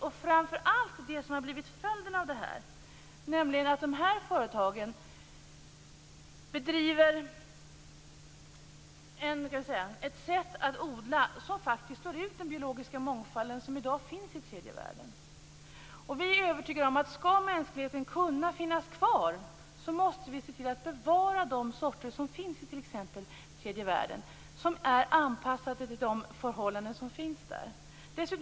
Framför allt vänder vi oss emot det som har blivit följden av detta, nämligen att dessa företag använder sig av ett sätt att odla som slår ut den biologiska mångfald som i dag finns i tredje världen. Vi är övertygade om att skall mänskligheten kunna finnas kvar måste de sorter som finns i tredje världen bevaras. Dessa sorter är anpassade till de förhållanden som finns där.